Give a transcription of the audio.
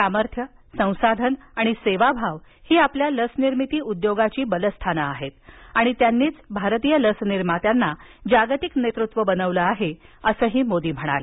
सामर्थ्य संसाधन आणि सेवाभाव ही आपल्या लस निर्मिती उद्योगाची बलस्थानं आहेत आणि त्यांनीच भारतीय लसनिर्मात्यांना जागतिक नेतृत्व बनवलं आहे असंही मोदी म्हणाले